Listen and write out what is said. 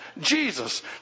Jesus